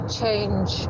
change